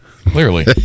Clearly